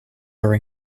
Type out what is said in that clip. are